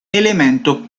elemento